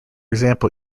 example